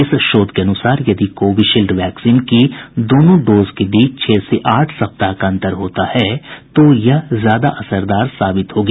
इस शोध के अनुसार यदि कोविशील्ड वैक्सीन की दोनों डोज के बीच छह से आठ सप्ताह का अन्तर होता है तो यह ज्यादा असरदार साबित होगी